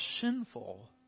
sinful